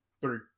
Three